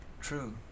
true